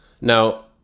Now